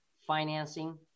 financing